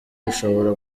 bishobora